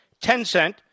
Tencent